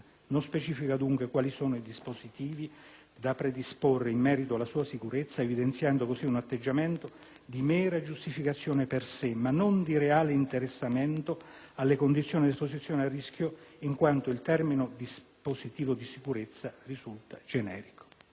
Non specifica dunque quali sono i dispositivi da predisporre in merito alla sua sicurezza, evidenziando così un atteggiamento di mera giustificazione per sé, ma non di reale interessamento alle condizioni di esposizione al rischio, in quanto il termine «dispositivo di sicurezza» risulta generico.